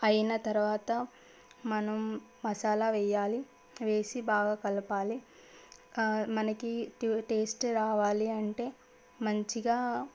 అయిన తరువాత మనం మసాలా వేయాలి వేసి బాగా కలపాలి ఆ మనకి టేస్ట్ రావాలి అంటే మంచిగా